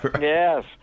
Yes